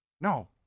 No